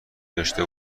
داشته